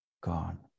gone